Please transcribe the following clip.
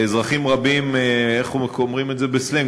ואזרחים רבים, איך אומרים את זה בסלנג?